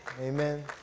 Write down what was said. Amen